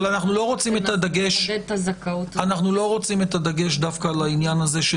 אבל אנחנו לא רוצים את הדגש דווקא על העניין הזה.